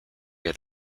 had